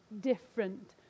different